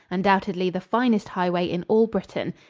undoubtedly the finest highway in all britain.